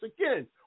again